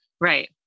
Right